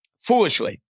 foolishly